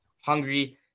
Hungry